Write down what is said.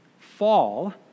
fall